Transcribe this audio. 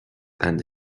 and